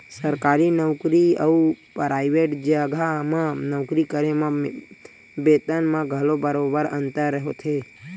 सरकारी नउकरी अउ पराइवेट जघा म नौकरी करे म बेतन म घलो बरोबर अंतर होथे